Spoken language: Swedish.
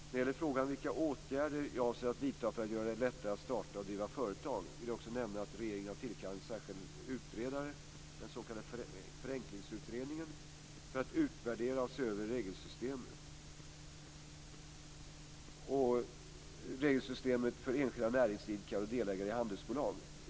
När det gäller frågan vilka åtgärder jag avser att vidta för att göra det lättare att starta och driva företag vill jag också nämna att regeringen har tillkallat en särskild utredare, den s.k. Förenklingsutredningen, för att utvärdera och se över regelsystemet för enskilda näringsidkare och delägare i handelsbolag.